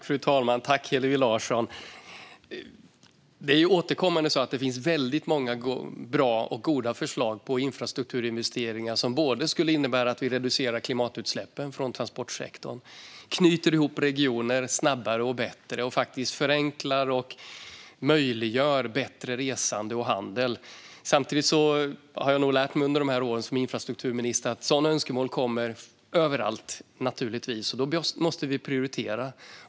Fru talman! Det är återkommande så att det finns väldigt många bra och goda förslag på infrastrukturinvesteringar som skulle innebära att vi reducerade klimatutsläppen från transportsektorn, knöt ihop regioner snabbare och bättre samt förenklade och möjliggjorde bättre resande och handel. Samtidigt har jag nog under åren som infrastrukturminister lärt mig att sådana önskemål naturligtvis kommer överallt, och då måste vi prioritera.